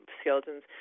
skeletons